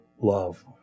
love